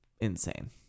insane